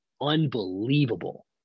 unbelievable